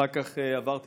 אחר כך הוא עבר טיפולים,